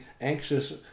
anxious